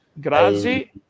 Grazie